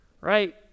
right